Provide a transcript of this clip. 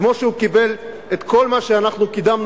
כמו שהוא קיבל את כל מה שאנחנו קידמנו